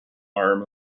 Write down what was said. arm